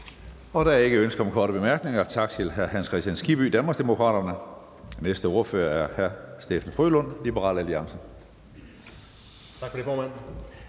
Der er ikke ønske om korte bemærkninger. Tak til hr. Hans Kristian Skibby, Danmarksdemokraterne. Næste ordfører er hr. Steffen W. Frølund, Liberal Alliance.